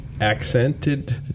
Accented